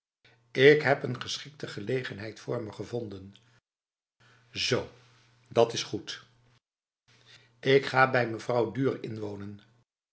ik heb een geschikte gelegenheid voor me gevonden zo dat is goed ik ga bij mevrouw duhr inwonen